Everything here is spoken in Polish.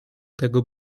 tego